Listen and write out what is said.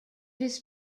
his